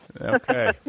Okay